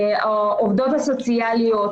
עובדות סוציאליות,